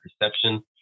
perception